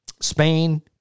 Spain